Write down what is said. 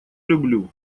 люблю